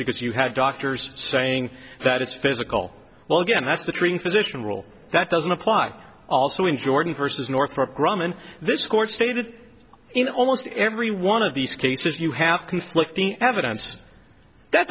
because you have doctors saying that it's physical well again that's the treating physician rule that doesn't apply also in jordan versus northrop grumman this court stated in almost every one of these cases you have conflicting evidence that